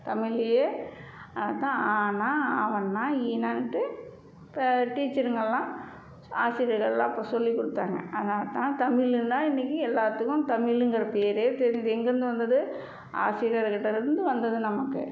தமிழிலயே அதுதான் ஆனா ஆவன்னா ஈனான்ட்டு இப்போ டீச்சருங்கள்லாம் ஆசிரியர்கள்லாம் அப்போ சொல்லிக் கொடுத்தாங்க அதனால தான் தமிழ்னா இன்றைக்கி எல்லார்த்துக்கும் தமிழுங்கிற பேர் தெரியுது எங்கிருந்து வந்தது ஆசிரியர்கிட்ட இருந்து வந்தது நமக்கு